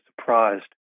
surprised